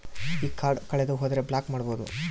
ಈ ಕಾರ್ಡ್ ಕಳೆದು ಹೋದರೆ ಬ್ಲಾಕ್ ಮಾಡಬಹುದು?